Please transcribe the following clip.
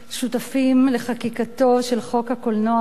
שותפים לחקיקתו של חוק הקולנוע,